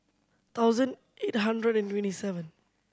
thousand eight hundred and twenty seven